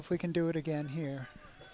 if we can do it again here